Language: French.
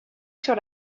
sur